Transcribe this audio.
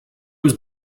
was